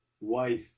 wife